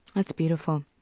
that's beautiful.